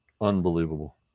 Unbelievable